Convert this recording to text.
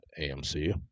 AMC